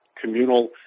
communal